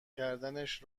کردنش